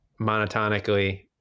monotonically